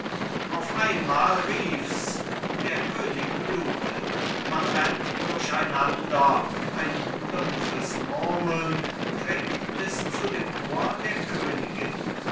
auf einmal riefs der könig blutet man rennt durcheinander ein dumpfes murmeln dringt bis zu dem ohr der königin